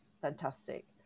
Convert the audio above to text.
fantastic